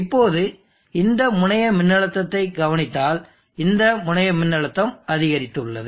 இப்போது இந்த முனைய மின்னழுத்தத்தைக் கவனித்தால் இந்த முனைய மின்னழுத்தம் அதிகரித்துள்ளது